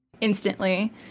instantly